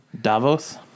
Davos